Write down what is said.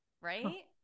Right